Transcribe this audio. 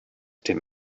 dem